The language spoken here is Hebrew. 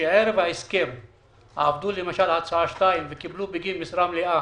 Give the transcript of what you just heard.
שערב ההסכם עבדו למשל עד שעה 2:00 וקיבלו בגין משרה מלאה,